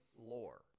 lore